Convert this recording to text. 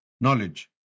knowledge